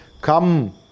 Come